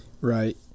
Right